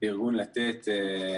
בארגון "לתת"